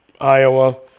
Iowa